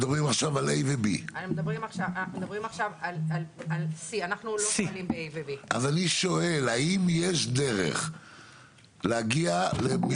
מדברים עכשיו על C. אז אני שואל האם יש דרך להגיע ב-A,